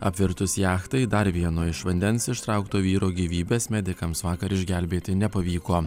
apvirtus jachtai dar vieno iš vandens ištraukto vyro gyvybės medikams vakar išgelbėti nepavyko